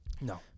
No